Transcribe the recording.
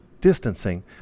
distancing